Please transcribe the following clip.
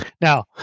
Now